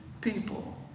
people